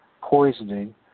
poisoning